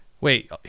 Wait